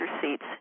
seats